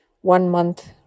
one-month